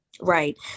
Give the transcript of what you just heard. Right